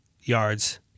yards